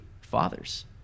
fathers